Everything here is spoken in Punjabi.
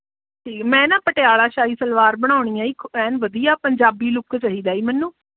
ਹੈ ਮੈਂ ਨਾ ਪਟਿਆਲਾ ਸ਼ਾਹੀ ਸਲਵਾਰ ਬਣਾਉਣੀ ਹੈ ਇੱਕ ਐਨ ਵਧੀਆ ਪੰਜਾਬੀ ਲੁੱਕ ਚਾਹੀਦਾ ਜੀ ਮੈਨੂੰ